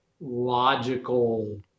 logical